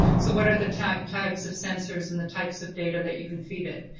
so what are the types types of sensors and the types of data that you can feed it?